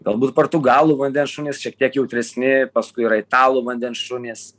galbūt portugalų vandens šunys šiek tiek jautresni paskui italų vandens šunys